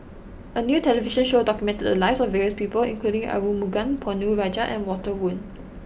a new television show documented the lives of various people including Arumugam Ponnu Rajah and Walter Woon